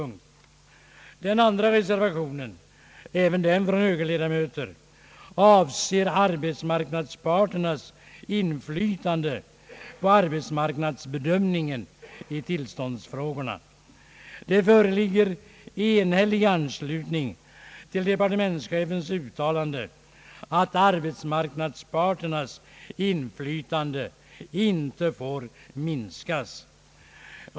Den andra reservationen — även den från högerledamöter — avser arbetsmarknadsparternas inflytande på arbetsmarknadsbedömningen i tillståndsfrågorna. Det föreligger enhällig anslutning till departementschefens uttalande, att arbetsmarknadsparternas inflytande inte får minskas.